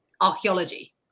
archaeology